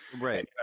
Right